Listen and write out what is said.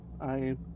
I-